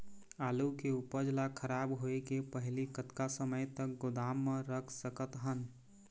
आलू के उपज ला खराब होय के पहली कतका समय तक गोदाम म रख सकत हन?